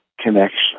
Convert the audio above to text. connection